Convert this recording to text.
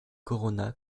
corona